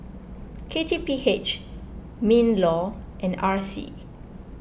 K T P H MinLaw and R C